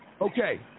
Okay